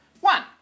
One